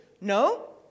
No